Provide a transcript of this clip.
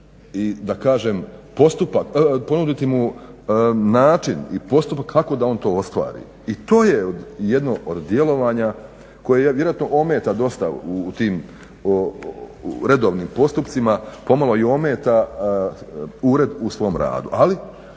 dužan mu ponuditi način i postupak kako da on to ostvari. I to je jedno od djelovanja koje vjerojatno ometa dosta u tim redovnim postupcima, pomalo ometa ured u svom radu.